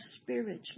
spiritually